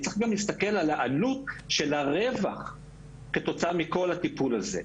צריך גם להסתכל על העלות של הרווח כתוצאה מהטיפול הזה.